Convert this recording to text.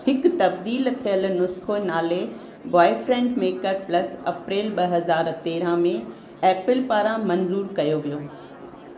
हिकु तब्दीलु थियलु नुस्खो नाले बॉयफ्रेंड मेकर प्लस अप्रैल ॿ हज़ार तेरहं में एपल पारां मंज़ूर कयो वियो